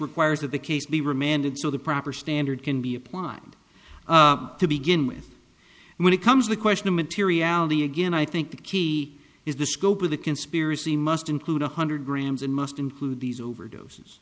requires that the case be remanded so the proper standard can be applied to begin with and when it comes the question of materiality again i think the key is the scope of the conspiracy must include one hundred grams and must include these overdoses